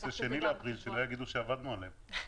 נעשה 2 באפריל, שלא יגידו שעבדנו עליהם...